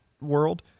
world –